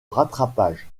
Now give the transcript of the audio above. rattrapage